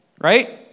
Right